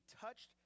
touched